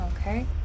Okay